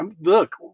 Look